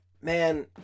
man